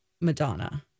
Madonna